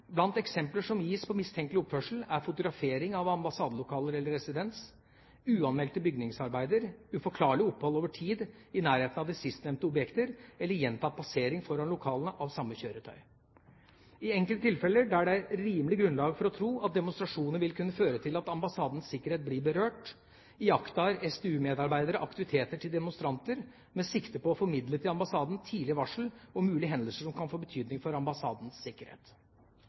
Blant eksempler som gis på mistenkelig oppførsel, er fotografering av ambassadelokaler eller residens, uanmeldte bygningsarbeider, uforklarlig opphold over tid i nærheten av de sistnevnte objekter eller gjentatt passering foran lokalene av samme kjøretøy. I enkelte tilfeller, der det er rimelig grunnlag for å tro at demonstrasjoner vil kunne føre til at ambassadens sikkerhet blir berørt, iakttar SDU-medarbeidere aktiviteter til demonstranter med sikte på å formidle til ambassaden tidlig varsel om mulige hendelser som kan få betydning for ambassadens sikkerhet.